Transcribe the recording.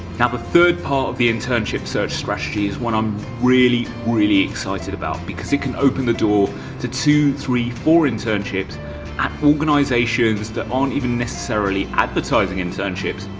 now the third part of the internship search strategy is one i'm really really excited about because it can open the door to two, three, four internships and at organisations that aren't even necessarily advertising internships,